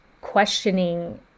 questioning